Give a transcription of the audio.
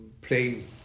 playing